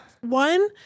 one